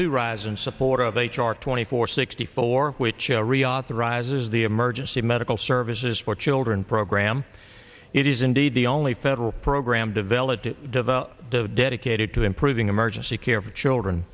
to rise in support of h r twenty four sixty four which a reauthorize is the emergency medical services for children program it is indeed the only federal program developed to develop dedicated to improving emergency care for children